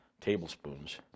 tablespoons